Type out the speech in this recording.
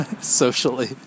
socially